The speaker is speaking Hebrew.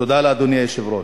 תודה לאדוני היושב-ראש.